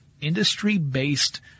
industry-based